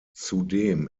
zudem